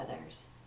others